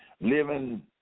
Living